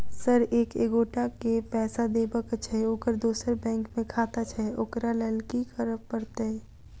Sir एक एगोटा केँ पैसा देबाक छैय ओकर दोसर बैंक मे खाता छैय ओकरा लैल की करपरतैय?